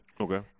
Okay